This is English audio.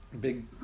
big